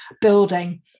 building